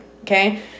Okay